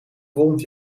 volgend